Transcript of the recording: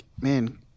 man